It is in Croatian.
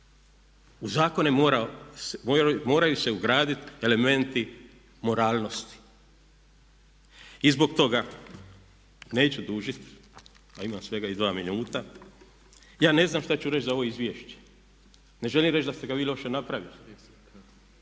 U zakone se moraju ugraditi elementi moralnosti. I zbog toga, neću dužiti a imam svega izgleda minutu, ja ne znam šta ću reći za ovo izvješće? Ne želim reći da ste ga vi loše napravili,